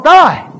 die